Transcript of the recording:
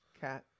Cat